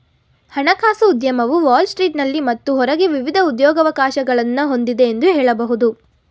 ಹಣಕಾಸು ಉದ್ಯಮವು ವಾಲ್ ಸ್ಟ್ರೀಟ್ನಲ್ಲಿ ಮತ್ತು ಹೊರಗೆ ವಿವಿಧ ಉದ್ಯೋಗವಕಾಶಗಳನ್ನ ಹೊಂದಿದೆ ಎಂದು ಹೇಳಬಹುದು